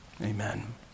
amen